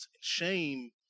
shame